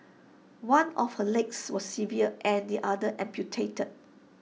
one of her legs was severed and the other amputated